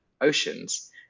oceans